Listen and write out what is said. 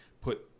put